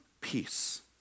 peace